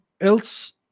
else